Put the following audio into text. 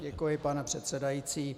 Děkuji, pane předsedající.